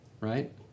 right